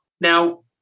Now